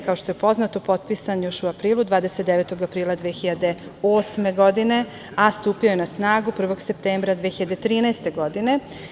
Kao što je poznato SSP je potpisan još u aprilu, 29. aprila 2008. godine, a stupio je na snagu 1. septembra 2013. godine.